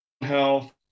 health